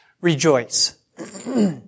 rejoice